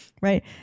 Right